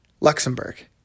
Luxembourg